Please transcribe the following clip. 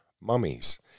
mummies